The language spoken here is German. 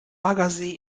baggersee